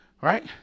Right